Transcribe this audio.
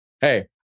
hey